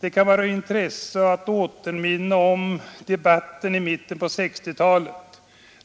Det kan vara av intresse att erinra om debatten i mitten på 1960-talet.